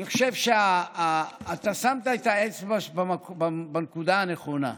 אני חושב שאתה שמת את האצבע על הנקודה הנכונה,